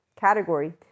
category